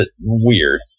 weird